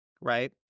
right